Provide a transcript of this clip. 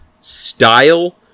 style